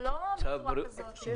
אבל לא בצורה כזאת.